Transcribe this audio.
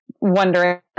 wondering